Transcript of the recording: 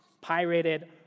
pirated